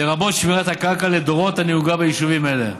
לרבות שמירת הקרקע לדורות, הנהוגה ביישובים האלה.